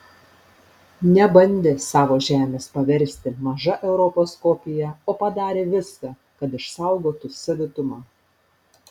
nebandė savo žemės paversti maža europos kopija o padarė viską kad išsaugotų savitumą